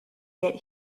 get